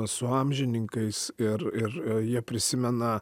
su amžininkais ir ir jie prisimena